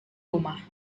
rumah